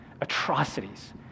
Atrocities